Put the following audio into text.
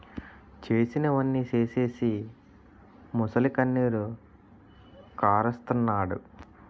చేసినవన్నీ సేసీసి మొసలికన్నీరు కారస్తన్నాడు